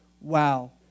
Wow